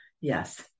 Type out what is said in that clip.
yes